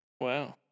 Wow